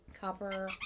copper